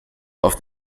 auf